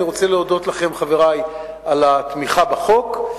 אני רוצה להודות לכם, חברי, על התמיכה בחוק,